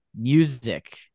music